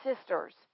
sisters